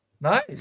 Nice